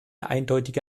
eindeutige